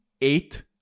eight